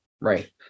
right